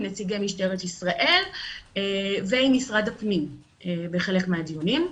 עם נציגי משטרת ישראל ועם משרד הפנים בחלק מהדיונים.